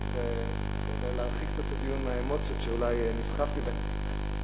כדי להרחיק קצת את הדיון מהאמוציות שאולי נסחפתי בהן,